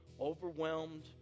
overwhelmed